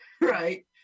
right